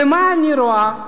ומה אני רואה,